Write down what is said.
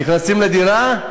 נכנסים לדירה,